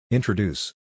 Introduce